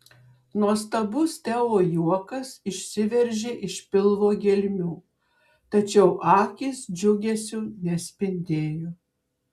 nuostabus teo juokas išsiveržė iš pilvo gelmių tačiau akys džiugesiu nespindėjo